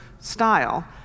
style